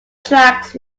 tracks